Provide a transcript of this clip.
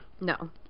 No